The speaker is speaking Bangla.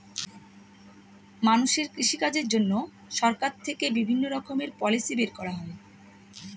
মানুষের কৃষিকাজের জন্য সরকার থেকে বিভিণ্ণ রকমের পলিসি বের করা হয়